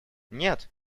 нет